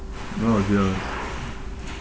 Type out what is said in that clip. oh joe